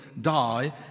die